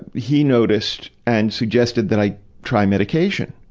he noticed and suggested that i try medication.